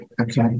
okay